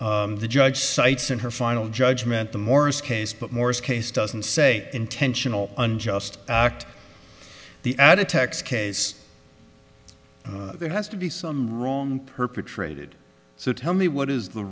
law the judge cites in her final judgement the morris case but morris case doesn't say intentional unjust act the added tax case there has to be some wrong perpetrated so tell me what is the